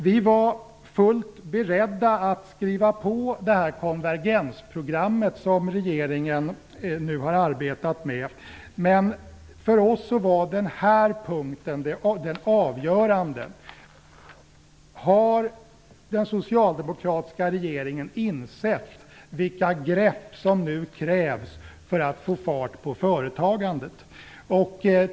Vi var fullt beredda att skriva på det konvergensprogram som regeringen arbetar med, men för oss var den avgörande frågan: Har den socialdemokratiska regeringen insett vilka grepp som nu krävs för att få fart på företagandet?